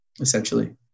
Essentially